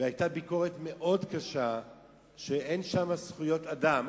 והיתה ביקורת מאוד קשה שאין שם זכויות אדם.